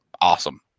awesome